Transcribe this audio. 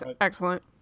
Excellent